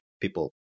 People